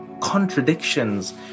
contradictions